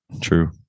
True